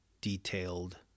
detailed